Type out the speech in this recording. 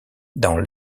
dans